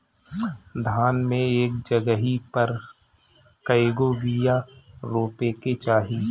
धान मे एक जगही पर कएगो बिया रोपे के चाही?